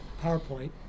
PowerPoint